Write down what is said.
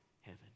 heaven